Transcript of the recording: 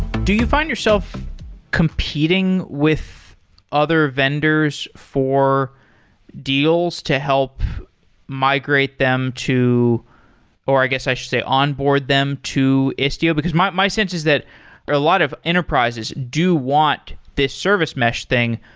do you find yourself competing with other vendors for deals, to help migrate them to or i guess, i should say onboard them to istio? because my my sense is that a lot of enterprises do want this service mesh thing,